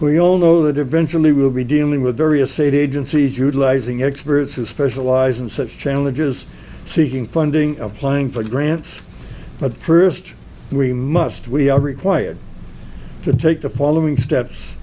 we all know that eventually we will be dealing with various agencies utilizing experts who specialize in such challenges seeking funding applying for grants but first we must we are required to take the following steps